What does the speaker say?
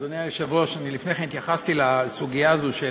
אדוני היושב-ראש, לפני כן התייחסתי לסוגיה הזאת של